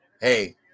Hey